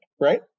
right